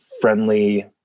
friendly